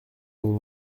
dont